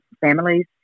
families